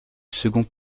second